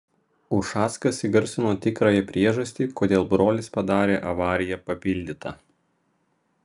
ušackas įgarsino tikrąją priežastį kodėl brolis padarė avariją papildyta